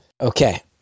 Okay